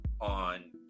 on